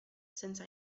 since